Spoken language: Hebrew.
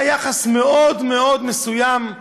היה יחס מאוד מאוד מסוים,